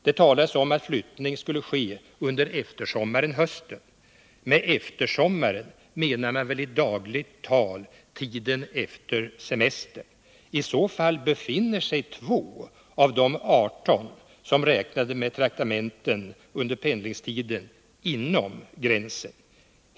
Det talades om att flyttningen skulle ske under eftersommaren-hösten. Med eftersommaren menar man väl i dagligt tal tiden efter semestern. Med denna definition av begreppet eftersommaren befinner sig två av de arton som räknade med traktamenten under pendlingstiden inom gränsen.